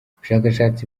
ubushakashatsi